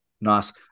Nice